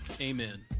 Amen